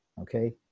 okay